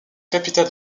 capitale